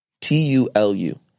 T-U-L-U